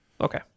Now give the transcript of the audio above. Okay